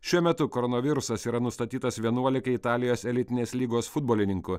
šiuo metu koronavirusas yra nustatytas vienuolikai italijos elitinės lygos futbolininkų